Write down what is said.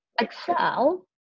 excel